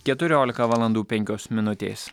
keturiolika valandų penkios minutės